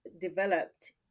developed